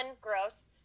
gross